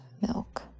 milk